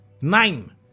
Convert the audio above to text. Nine